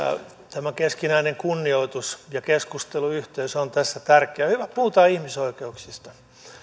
tämä keskinäinen kunnioitus ja keskusteluyhteys ovat tässä tärkeitä on hyvä että puhutaan ihmisoikeuksista